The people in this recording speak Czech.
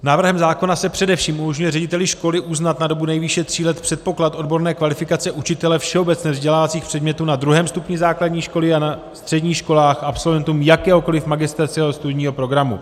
Návrhem zákona se především umožňuje řediteli školy uznat na dobu nejvýše tří let předpoklad odborné kvalifikace učitele všeobecně vzdělávacích předmětů na druhém stupni základní školy a na středních školách a absolventům jakéhokoliv magisterského studijního programu.